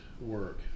work